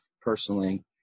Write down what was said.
personally